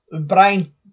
brian